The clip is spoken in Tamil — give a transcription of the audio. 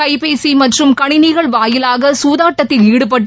கைப்பேசி மற்றம் கணினிகள் வாயிலாக சூதாட்டத்தில் ஈடுபட்டு